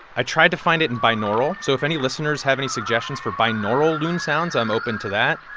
i tried to find it in binaural. so if any listeners have any suggestions for binaural loon sounds, i'm open to that